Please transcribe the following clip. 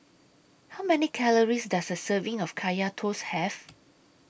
How Many Calories Does A Serving of Kaya Toast Have